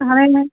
हाणे